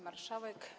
Marszałek!